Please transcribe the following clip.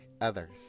others